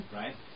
right